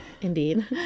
Indeed